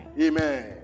Amen